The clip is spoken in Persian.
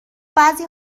بعضی